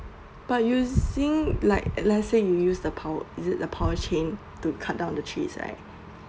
but using like let's say you use the power is it the power machine to cut down the trees right